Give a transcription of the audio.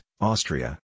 Austria